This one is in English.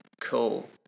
cool